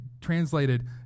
translated